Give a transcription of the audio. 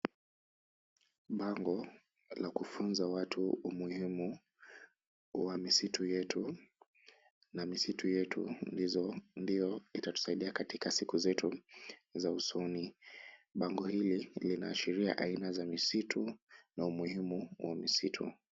Bango la kufunza watu umuhimu wa misitu yetu na misitu yetu ndiyo itatusaidia katika siku zetu za usoni. Bango hili lina ashiria aina za misitu na umuhimu wa misitu.